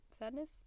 sadness